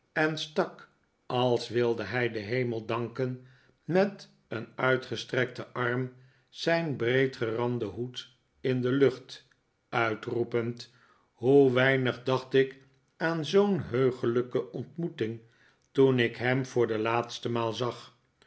stak als wilde hij den hemel danken met een uitgestrekten arm zijn breedgeranden hoed in de lucht uitroepend hoe weinig dacht ik aan zoo'n heuglijke ontmoeting toen ik hem voor de laatste maal zag